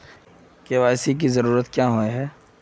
KYC की जरूरत क्याँ होय है?